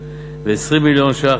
ו-20 מיליון ש"ח,